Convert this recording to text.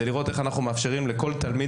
זה לראות איך אנחנו מאפשרים לכל תלמיד